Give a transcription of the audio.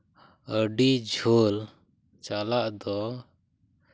ᱟᱹᱰᱤ ᱡᱷᱟᱹᱞ ᱪᱟᱞᱟᱜ ᱫᱚ